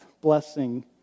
blessing